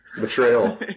Betrayal